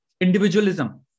individualism